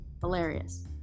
hilarious